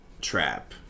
trap